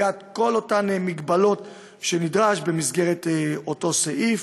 קביעת כל אותן מגבלות שנדרשת במסגרת אותו סעיף.